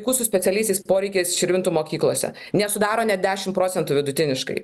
vaikų su specialiaisiais poreikiais širvintų mokyklose nesudaro net dešimt procentų vidutiniškai